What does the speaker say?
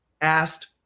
asked